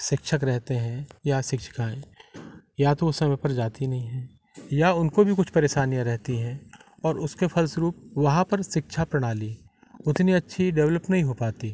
शिक्षक रहते हैं या शिक्षिकाऍं या तो वो समय पर जाती नहीं हैं या उनको भी कुछ परेशानियाँ रहती हैं और उसके फलस्वरूप वहाँ पर शिक्षा प्रणाली उतनी अच्छी डेवलप नहीं हो पाती